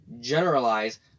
generalize